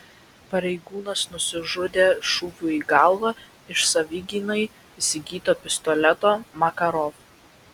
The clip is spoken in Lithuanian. pareigūnas nusižudė šūviu į galvą iš savigynai įsigyto pistoleto makarov